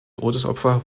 todesopfer